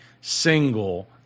single